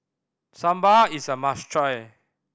sambar is a must try